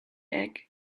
egg